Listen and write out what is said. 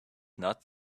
not